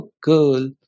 girl